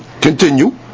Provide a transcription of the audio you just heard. Continue